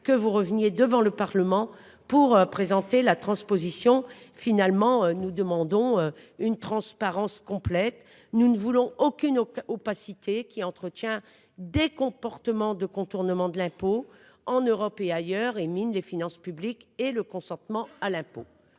que vous reveniez devant le Parlement pour présenter la transposition finalement nous demandons une transparence complète. Nous ne voulons aucune opacité qui entretient des comportements de contournement de l'impôt en Europe et ailleurs et mine des finances publiques et le consentement à l'impôt.